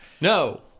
No